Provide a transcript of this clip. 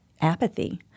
apathy